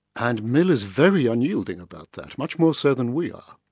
and mill is very unyielding about that, much more so than we are.